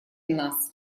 нас